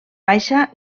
baixa